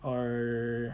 or